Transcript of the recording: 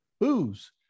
booze